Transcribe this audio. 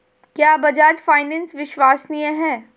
क्या बजाज फाइनेंस विश्वसनीय है?